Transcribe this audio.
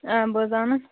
آ بہٕ حَظ زانن